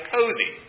Cozy